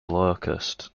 locust